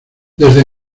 desde